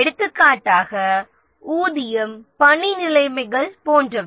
எடுத்துக்காட்டாக ஊதியம் பணி நிலைமைகள் போன்றவை